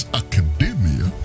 academia